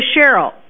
Cheryl